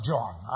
John